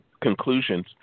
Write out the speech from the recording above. conclusions